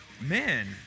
Man